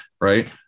right